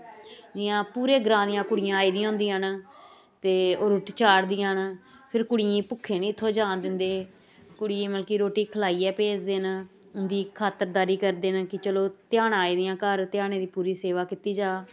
इ'यां पूरे ग्रांऽ दियां कुड़ियां आई दियां होंदियां न ते ओह् रुट्ट चाढ़दियां न फिर कुड़ियें ई भुक्खे निं इ'त्थुं जान दिंदे कुड़ियें ई मतलब कि रुट्टी खलाइयै भेजदे न उं'दी खात्तरदारी करदे न कि चलो ध्यानां आई दियां घर ध्यानें दी पूरी सेवा कीती जा